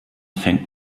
fängt